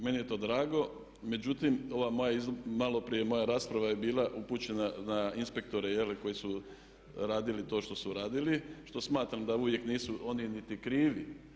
Meni je to drago, međutim ova moja, malo prije moja rasprava je bila upućena na inspektore koji su radili to što su radili, što smatram da uvijek nisu oni niti krivi.